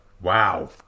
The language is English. Wow